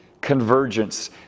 convergence